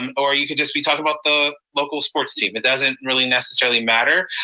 um or you could just be talking about the local sports team. it doesn't really necessarily matter.